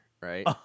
right